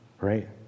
right